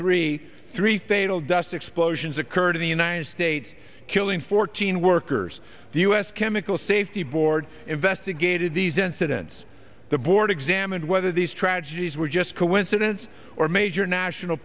three three failed dust explosions occurred in the united states killing fourteen workers the u s chemical safety board investigated these incidents the board examined whether these tragedies were just coincidence or major national